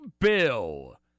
Bill